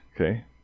Okay